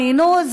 לא ענינו,